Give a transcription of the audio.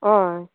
हय